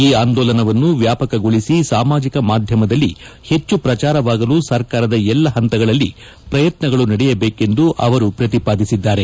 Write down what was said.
ಈ ಅಂದೋಲನವನ್ನು ವ್ಯಾಪಕಗೊಳಿಸಿ ಸಾಮಾಜಿಕ ಮಾದ್ಯಮದಲ್ಲಿ ಹೆಚ್ಚು ಪ್ರಚಾರವಾಗಲು ಸರ್ಕಾರದ ಎಲ್ಲಾ ಹಂತದಲ್ಲಿ ಪ್ರಯತ್ನಗಳು ನಡೆಯಬೇಕೆಂದು ಅವರು ಪ್ರತಿಪಾದಿಸಿದ್ದಾರೆ